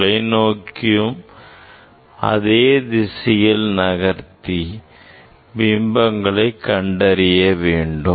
தொலைநோக்கியும் அதே திசையில் நகர்த்தி பிம்பங்களை கண்டறிய வேண்டும்